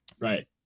right